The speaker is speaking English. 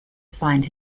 find